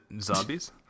zombies